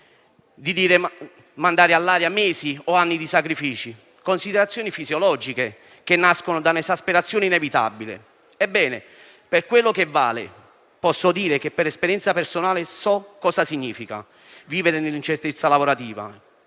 dire mandare all'aria mesi o anni di sacrifici?». Sono considerazioni fisiologiche, che nascono da un'esasperazione inevitabile. Ebbene, per quello che vale, posso dire che per esperienza personale so che cosa significa vivere nell'incertezza lavorativa.